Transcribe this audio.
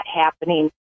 happening